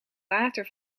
water